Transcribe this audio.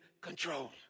control